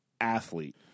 athlete